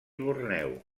borneo